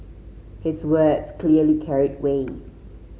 his words clearly carried weight